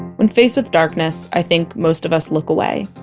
when faced with darkness, i think most of us look away,